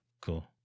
Cool